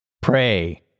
Pray